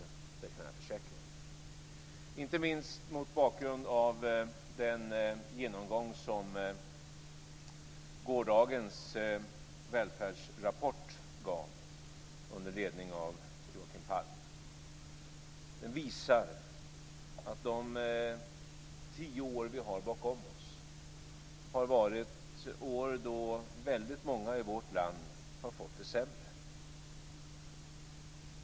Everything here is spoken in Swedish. Det kan jag försäkra er. Det gäller inte minst mot bakgrund av genomgången av välfärdsrapporten i går under ledning av Joakim Palme. Den visar att de tio år vi har bakom oss har varit år då väldigt många i vårt land har fått det sämre.